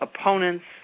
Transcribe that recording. opponents